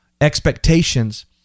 expectations